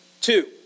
two